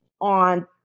on